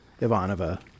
Ivanova